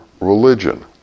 religion